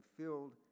filled